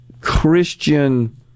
Christian